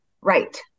Right